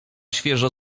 świeżo